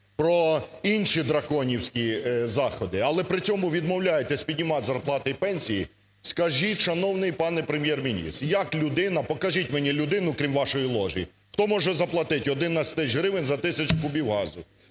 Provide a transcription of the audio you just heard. про інші "драконівські" заходи, але при цьому відмовляєтесь піднімать зарплати і пенсії, скажіть, шановний пане Прем'єр-міністр як людина, покажіть мені людину, крім вашої ложі, хто може заплатити 11 тисяч гривень за тисячу кубів газу?!